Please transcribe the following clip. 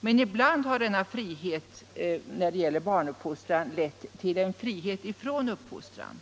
Men ibland har denna frihet när det gäller barnuppfostran lett till en frihet från fostran.